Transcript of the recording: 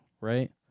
right